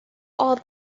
all